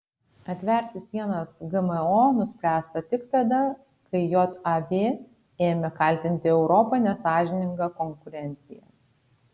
atverti sienas gmo nuspręsta tik tada kai jav ėmė kaltinti europą nesąžininga konkurencija